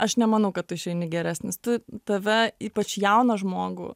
aš nemanau kad tu išeini geresnis tu tave ypač jauną žmogų